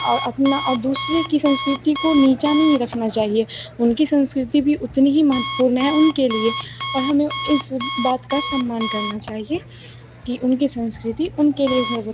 और अपना और दूसरे की संस्कृति को नीचा नहीं रखना चाहिए उनकी संस्कृति भी उतनी ही महत्वपूर्ण है उनके लिए और हमें इस बात का सम्मान करना चाहिए कि उनकी संस्कृति उनके लिए सर्वोत्तम